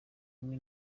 kumwe